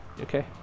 Okay